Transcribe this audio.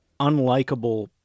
unlikable